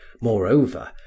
Moreover